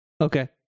Okay